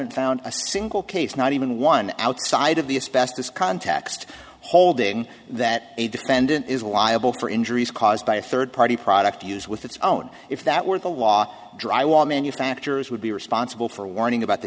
a single case not even one outside of the especially this context holding that a defendant is liable for injuries caused by a third party product to use with its own if that were the law drywall manufacturers would be responsible for warning about the